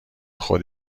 خود